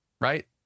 right